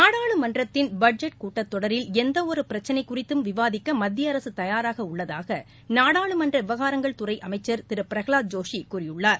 நாடாளுமன்றத்தின் பட்ஜெட் கூட்டத்தொடரில் எந்தவொரு பிரச்சினை குறித்தும் விவாதிக்க மத்திய அரசு தயாராக உள்ளதாக நாடாளுமன்ற விவகாரங்கள் துறை அமைச்சர் திரு பிரகளத் ஜோஷி கூறியுள்ளார்